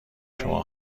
شما